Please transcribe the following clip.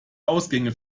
ausgänge